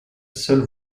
seule